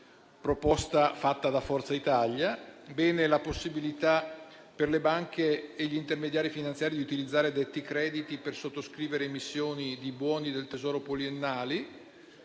la possibilità per le banche e gli intermediari finanziari di utilizzare detti crediti per sottoscrivere emissioni di buoni del tesoro poliennali,